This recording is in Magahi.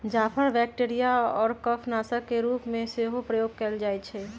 जाफर बैक्टीरिया आऽ कफ नाशक के रूप में सेहो प्रयोग कएल जाइ छइ